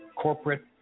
Corporate